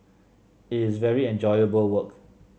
it is very enjoyable work